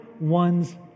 one's